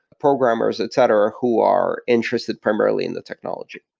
programmers, etc, who are interested primarily in the technology.